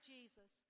Jesus